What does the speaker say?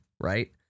Right